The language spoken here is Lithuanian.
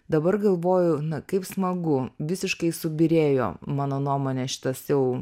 dabar galvoju na kaip smagu visiškai subyrėjo mano nuomone šitas jau